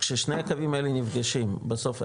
כששני הקווים האלה נפגשים בסוף,